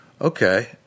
okay